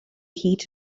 heat